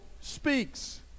speaks